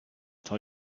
tell